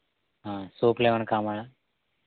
సోప్లు ఏమన్నా కావాలా